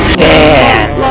Stand